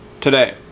today